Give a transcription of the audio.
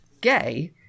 gay